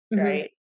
right